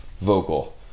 vocal